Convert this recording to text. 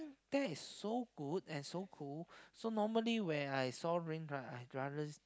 that is so good and so cool so normally when I saw rain right I rather